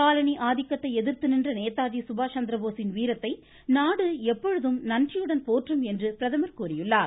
colony ஆதிக்கத்தை எதிர்த்து நின்ற நேதாஜி சுபாஷ் சந்திரபோஸின் வீரத்தை நாடு எப்பொழுதும் நன்றியுடன் போற்றும் என்று பிரதமர் கூறியுள்ளார்